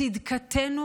צדקתנו